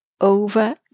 over